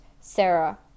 Sarah